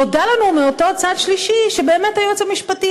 נודע לנו מאותו צד שלישי שבאמת היועץ המשפטי,